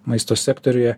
maisto sektoriuje